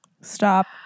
Stop